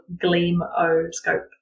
Gleam-o-scope